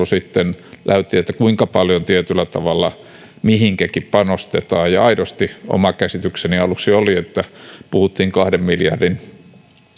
keskustelu sitten näytti kuinka paljon tietyllä tavalla mihinkäkin panostetaan ja ja aidosti oma käsitykseni aluksi oli että puhuttiin kahden miljardin